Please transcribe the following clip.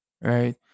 Right